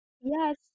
Yes